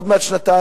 עוד מעט שנתיים,